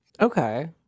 Okay